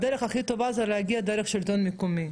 הדרך הכי טובה זה להגיע דרך השלטון המקומי.